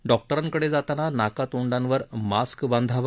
डॉक्टरांकडे जाताना नाकातोंडावर मास्क बांधावा